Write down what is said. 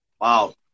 wow